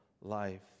life